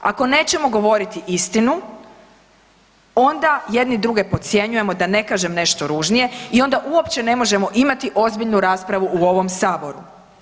Ako nećemo govoriti istinu onda jedni druge podcjenjujemo, da ne kažem nešto ružnije i onda uopće ne možemo imati ozbiljnu raspravu u ovom saboru.